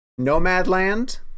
Nomadland